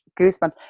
goosebumps